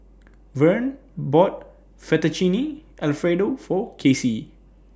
Verne bought Fettuccine Alfredo For Casey